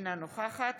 אינה נוכחת